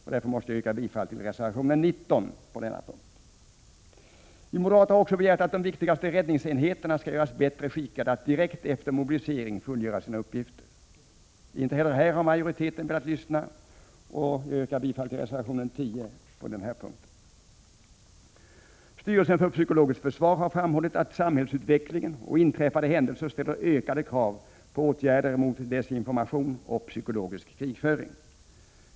Jag yrkar därför bifall till reservation 19 på denna punkt. Vi moderater har också begärt att de viktigaste räddningsenheterna skall göras bättre skickade att direkt efter mobilisering fullgöra sina uppgifter. Inte heller här har majoriteten velat lyssna. Jag yrkar bifall till reservation 10 på denna punkt. Styrelsen för psykologiskt försvar har framhållit att samhällsutvecklingen och inträffade händelser ställer ökade krav på åtgärder mot desinformation och psykologisk krigföring.